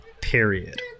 period